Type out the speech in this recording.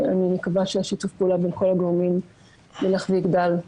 אני מקווה ששיתוף הפעולה בין כל הגורמים ילך ויגדל.